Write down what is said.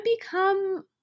become